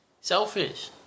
selfish